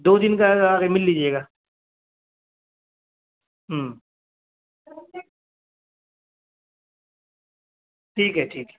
دو دن کے آ کے مل لیجیے گا ہوں ٹھیک ہے ٹھیک ہے